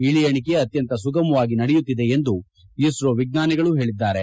ಇಳಿ ಎಣಿಕೆ ಅತ್ಯಂತ ಸುಗಮವಾಗಿ ನಡೆಯುತ್ತಿದೆ ಎಂದು ಇಸ್ರೋ ವಿಜ್ಞಾನಿಗಳು ಹೇಳಿದ್ದಾರೆ